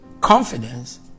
confidence